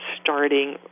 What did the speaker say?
starting